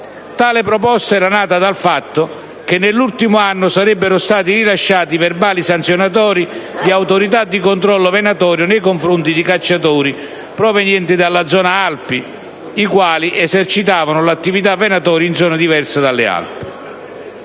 Tale proposta era nata dal fatto che nell'ultimo anno sarebbero stati rilasciati verbali sanzionatori di autorità di controllo venatorio nei confronti di cacciatori provenienti dalla «zona Alpi», i quali esercitavano l'attività venatoria in zone diverse dalle Alpi.